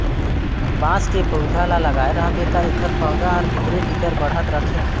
बांस के पउधा ल लगाए रहबे त एखर पउधा हर भीतरे भीतर बढ़ात रथे